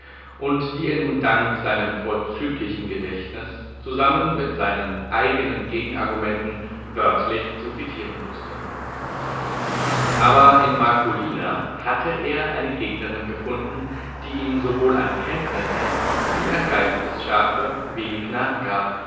und die er nun dank seinem vorzüglichen gedächtnis zusammen mit seinen eigenen gegenargumenten wörtlich zu zitieren wußte aber in marcolina hatte er eine gegnerin gefunden die ihm sowohl an kenntnissen wie an geistesschärfe wenig nachgab